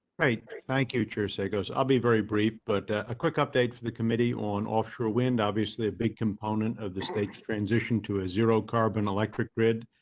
great, thank you. tuesday goes i'll be very brief, but a quick update for the committee on offshore wind. obviously a big component of the states transition to a zero t carbon electric grid.